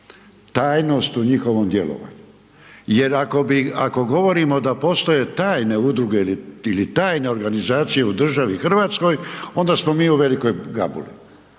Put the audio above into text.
tajnost u njihovom djelovanju jer ako bi, ako govorimo da postoje tajne udruge ili tajne organizacije u državi Hrvatskoj onda smo mi u velikoj gabuli.